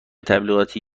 تبلیغاتی